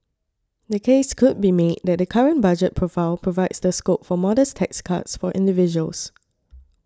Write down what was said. the case could be made that the current budget profile provides the scope for modest tax cuts for individuals